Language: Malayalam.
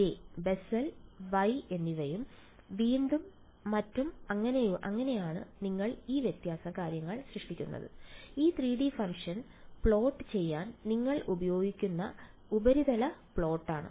J ബെസൽ Y എന്നിവയും മറ്റും അങ്ങനെയാണ് നിങ്ങൾ ഈ വ്യത്യസ്ത കാര്യങ്ങൾ സൃഷ്ടിക്കുന്നത് ഈ 3 D ഫംഗ്ഷൻ പ്ലോട്ട് ചെയ്യാൻ നിങ്ങൾ ഉപയോഗിക്കുന്ന ഉപരിതല പ്ലോട്ടാണ്